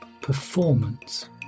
performance